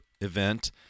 event